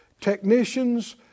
technicians